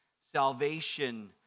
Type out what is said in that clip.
salvation